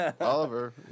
Oliver